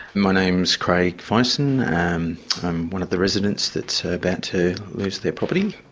my name is craig fison and i'm one of the residents that's ah about to lose their property.